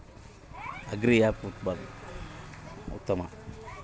ಉತ್ಪನ್ನಗಳನ್ನು ಆನ್ಲೈನ್ ಮೂಲಕ ಖರೇದಿಸಲು ಯಾವ ಆ್ಯಪ್ ಉತ್ತಮ?